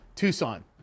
Tucson